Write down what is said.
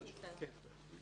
בסדר.